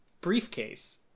briefcase